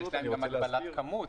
יש כאן גם הגבלת כמות.